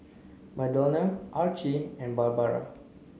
Madonna Archie and Barbara